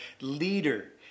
leader